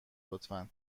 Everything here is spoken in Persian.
لطفا